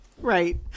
Right